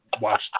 watch